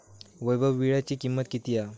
वैभव वीळ्याची किंमत किती हा?